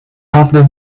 after